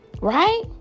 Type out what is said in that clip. right